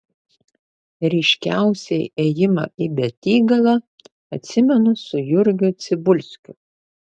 ryškiausiai ėjimą į betygalą atsimenu su jurgiu cibulskiu